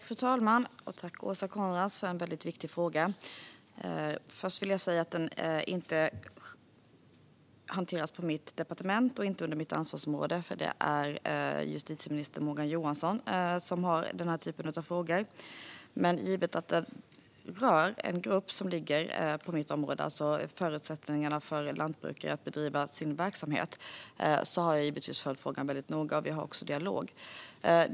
Fru talman! Tack, Åsa Coenraads, för en väldigt viktig fråga! Först vill jag säga att den inte hanteras på mitt departement eller under mitt ansvarsområde. Det är justitieminister Morgan Johansson som har den här typen av frågor. Men givet att det rör en grupp som ligger på mitt område, alltså förutsättningar för lantbrukare att bedriva sin verksamhet, har jag givetvis följt frågan väldigt noga, och vi har också dialog.